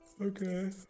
Okay